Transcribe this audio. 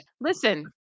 listen